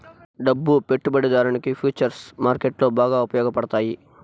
డబ్బు పెట్టుబడిదారునికి ఫుచర్స్ మార్కెట్లో బాగా ఉపయోగపడతాయి